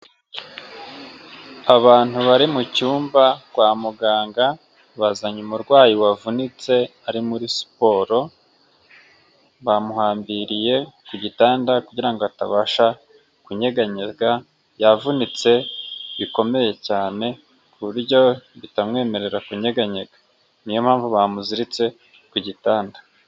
Abantu bari mucyumba kwa muganga bazanye umurwayi wavunitse ari muri siporo, bamuhambiriye ku gitanda kugirango atabasha kunyeganyega, yavunitse bikomeye cyane ku buryo bitamwemerera kunyeganyega, niyo mpamvu bamuziritse ku gitanda.